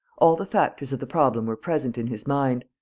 all the factors of the problem were present in his mind.